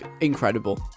Incredible